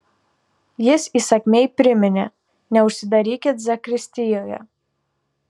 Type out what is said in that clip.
jis įsakmiai priminė neužsidarykit zakristijoje